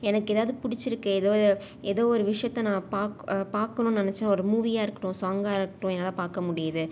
எனக்கு எதாவது பிடிச்சிருக்கு எதோ எதோ ஒரு விஷயத்த நான் பாக் பார்க்கணும் நினச்ச ஒரு மூவியாக இருக்கட்டும் சாங்காக இருக்கட்டும் என்னால் பார்க்க முடியுது